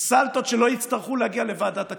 סלטות שלא יצטרכו להגיע לוועדת הכספים.